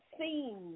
seen